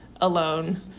alone